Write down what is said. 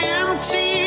empty